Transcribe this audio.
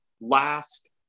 last